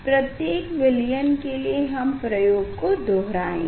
प्रत्येक विलयन के लिए हम प्रयोग को दोहराएँगे